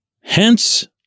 Hence